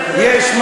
הזמן,